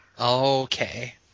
Okay